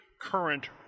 current